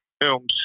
films